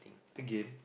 again